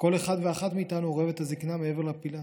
לכל ואחת ואחד מאיתנו אורבת הזקנה מעבר לפינה.